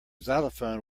xylophone